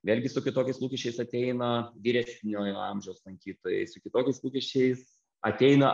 vėlgi su kitokiais lūkesčiais ateina vyresniojo amžiaus lankytojai su kitokiais lūkesčiais ateina